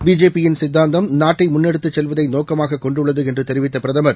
பிஜேபியின் சித்தாந்தம் நாட்டைமுன் எடுத்துசெல்வதைநோக்கமாககொண்டுள்ளதுஎன்றதெரிவித்தபிரதமர்